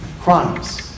crimes